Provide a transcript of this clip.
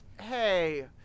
hey